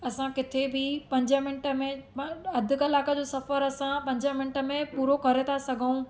असां किथे बि पंज मिंट में मां अधि कलाक जो सफ़र असां पंज मिंट में पूरो करे था सघूं